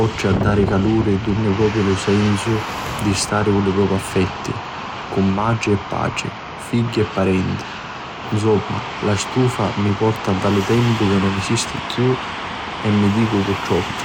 oltri a dari caluri duni propriu lu sensu di stari cu li propri affetti, cu matri e patri, figghi e parenti. Nsumma la stufa mi porta nta un tempu chi nun esisti chiù, e ci dicu purtruppu.